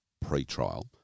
pre-trial